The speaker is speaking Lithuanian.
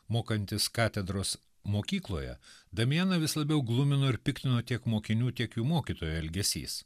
mokantis katedros mokykloje damianą vis labiau glumino ir piktino tiek mokinių tiek jų mokytojų elgesys